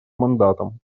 мандатом